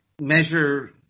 measure